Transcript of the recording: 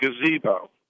gazebo